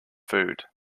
food